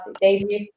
debut